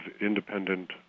independent